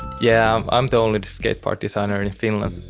yeah, i'm the only skate park designer in finland.